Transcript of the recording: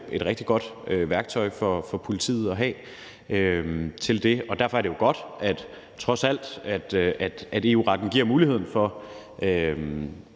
et rigtig godt værktøj for politiet at have til det, og derfor er det godt, trods alt, at EU-retten giver muligheden for